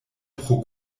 pro